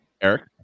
Eric